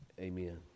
Amen